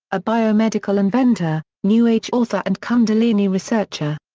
a biomedical inventor, new age author and kundalini researcher.